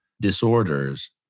disorders